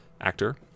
actor